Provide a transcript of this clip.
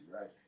right